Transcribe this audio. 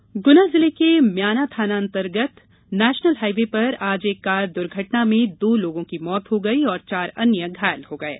दुर्घटना गुना जिले के म्याना थानांतर्गत नेशनल हाईवे पर आज एक कार दुर्घटना में दो लोगों की मौत हो गई और चार अन्य घायल हो गये